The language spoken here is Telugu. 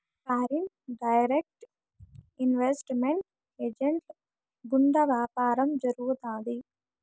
ఫారిన్ డైరెక్ట్ ఇన్వెస్ట్ మెంట్ ఏజెంట్ల గుండా వ్యాపారం జరుగుతాది